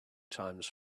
times